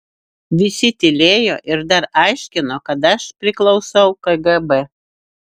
visi tylėjo ir dar aiškino kad aš priklausau kgb